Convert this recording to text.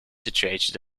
situated